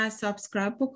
subscribe